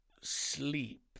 sleep